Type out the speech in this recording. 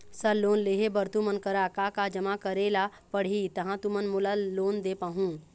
Sir loan लेहे बर तुमन करा का का जमा करें ला पड़ही तहाँ तुमन मोला लोन दे पाहुं?